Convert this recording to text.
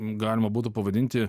galima būtų pavadinti